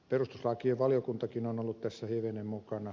perustuslakivaliokuntakin on ollut tässä hivenen mukana